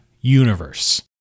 universe